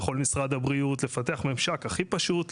יכול משרד הבריאות לפתח ממשק הכי פשוט,